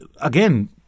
again